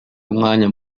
umwanya